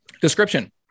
description